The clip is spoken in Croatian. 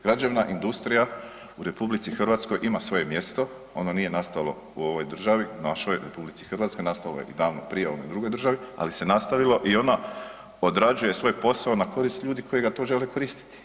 Građevna industrija u RH ima svoje mjesto, ono nije nastalo u ovoj državi našoj, RH, nastalo je davno prije, u onoj drugoj državi, ali se nastavilo i ona odrađuje svoj posao na korist ljudi koji ga to žele koristiti.